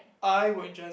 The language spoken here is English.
I would just